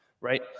Right